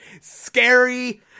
scary